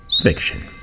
Fiction